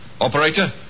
Operator